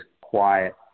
quiet